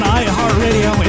iHeartRadio